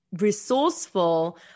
resourceful